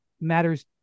matters